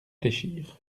fléchir